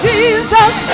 Jesus